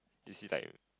you see like